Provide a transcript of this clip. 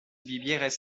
vivieres